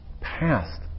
past